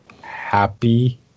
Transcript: happy